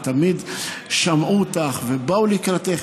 תמיד שמעו אותך ובאו לקראתך,